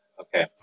okay